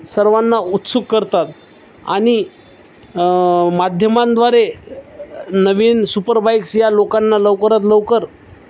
सर्वांना उत्सुक करतात आणि माध्यमांद्वारे नवीन सुपरबाईक्स या लोकांना लवकरात लवकर